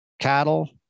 cattle